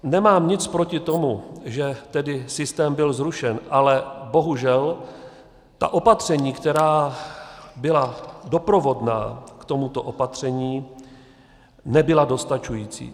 Nemám nic proti tomu, že systém byl zrušen, ale bohužel ta opatření, která byla doprovodná k tomuto opatření, nebyla dostačující.